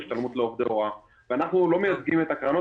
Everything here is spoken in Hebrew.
מה שאני מציע זה להוריד את הסכומים ולתת לכולם.